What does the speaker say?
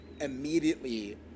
immediately